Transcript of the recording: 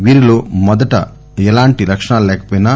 వీరిలో మొదట ఎలాంటి లక్షణాలు లేకపోయినా